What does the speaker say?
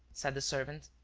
said the servant.